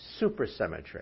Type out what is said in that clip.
Supersymmetry